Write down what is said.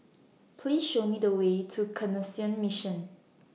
Please Show Me The Way to Canossian Mission